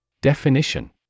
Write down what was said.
Definition